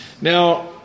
Now